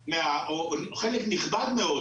חלק נכבד מאוד